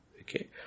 okay